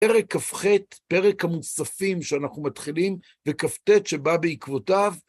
פרק כף חית, פרק המוספים שאנחנו מתחילים, וכף טית שבא בעקבותיו.